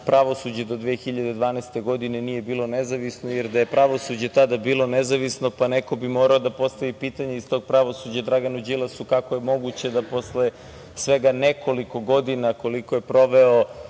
pravosuđe do 2012. godine nije bilo nezavisno. Da je pravosuđe tada bilo nezavisno, pa neko bi iz tog pravosuđa morao da postavi pitanje Draganu Đilasu – kako je moguće da posle svega nekoliko godina, koliko je proveo